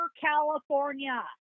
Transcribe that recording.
California